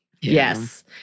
Yes